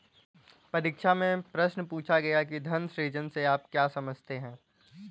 परीक्षा में प्रश्न पूछा गया कि धन सृजन से आप क्या समझते हैं?